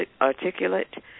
articulate